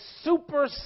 Super